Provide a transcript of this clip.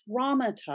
traumatized